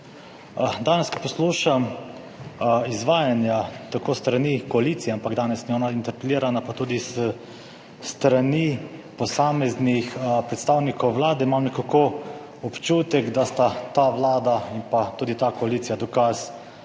Danes, ko poslušam izvajanja s strani koalicije – ampak danes ni ona interpelirana – pa tudi s strani posameznih predstavnikov Vlade, imam nekako občutek, da sta ta vlada in pa tudi ta koalicija dokaz,